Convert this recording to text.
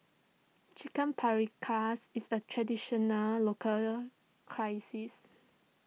Chicken Paprikas is a traditional local crisis